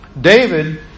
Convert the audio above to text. David